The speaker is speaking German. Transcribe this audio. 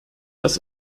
das